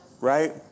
Right